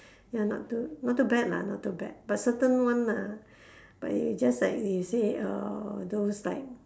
ya not too not too bad lah not too bad but certain one ah but it's just like you say uh those like